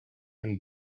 and